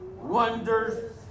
wonders